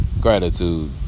Gratitude